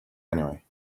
anyway